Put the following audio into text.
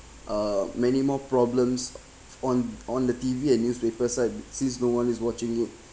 uh many more problems on on the T_V and newspapers side and since no one is watching it